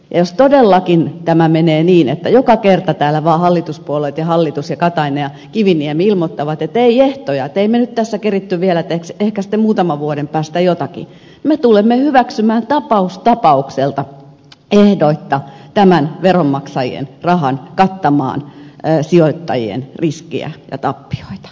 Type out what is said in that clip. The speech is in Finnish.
jos todellakin tämä menee niin että joka kerta täällä vaan hallituspuolueet ja hallitus ja katainen ja kiviniemi ilmoittavat että ei ehtoja emme me nyt tässä kerinneet vielä ehkä sitten muutaman vuoden päästä jotakin me tulemme hyväksymään tapaus tapaukselta ehdoitta tämän veronmaksajien rahan kattamaan sijoittajien riskejä ja tappioita